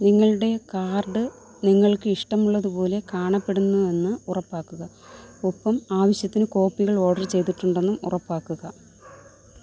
നിങ്ങളുടെ കാർഡ് നിങ്ങൾക്ക് ഇഷ്ടമുള്ളതുപോലെ കാണപ്പെടുന്നുവെന്ന് ഉറപ്പാക്കുക ഒപ്പം ആവശ്യത്തിന് കോപ്പികൾ ഓർഡർ ചെയ്തിട്ടുണ്ടെന്നും ഉറപ്പാക്കുക